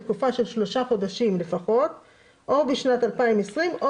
לתקופה של שלושה חודשים לפחות בשנת 2020 או